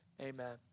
Amen